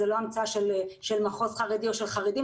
זו לא המצאה של מחוז חרדי או של חרדים,